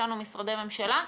נמצאים איתנו ממשרדי הממשלה.